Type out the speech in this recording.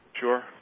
Sure